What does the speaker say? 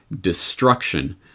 destruction